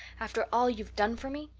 after all you've done for me.